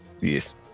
Yes